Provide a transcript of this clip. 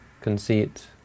conceit